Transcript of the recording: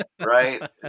Right